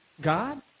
God